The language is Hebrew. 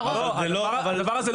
הצעה לדיפרנציאציה.